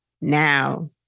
now